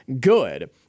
good